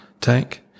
tank